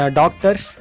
doctors